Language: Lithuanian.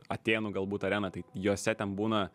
atėnų galbūt arena tai jose ten būna